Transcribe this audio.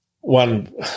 one